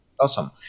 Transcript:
Awesome